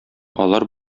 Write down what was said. алар